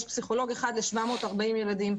יש פסיכולוג אחד ל-740 ילדים,